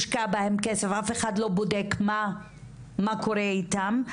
והושקע בהן כסף, אך אף אחד לא בודק מה קורה איתן.